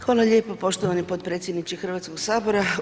Hvala lijepo poštovani potpredsjedniče Hrvatskog sabora.